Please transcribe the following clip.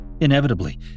inevitably